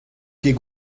ket